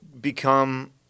become